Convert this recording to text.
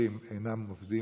שסוחרים אינם עובדים,